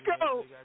go